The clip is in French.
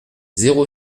zéro